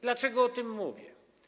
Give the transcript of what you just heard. Dlaczego o tym mówię?